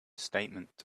statement